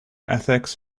ethics